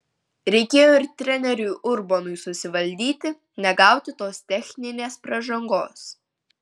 reikėjo ir treneriui urbonui susivaldyti negauti tos techninės pražangos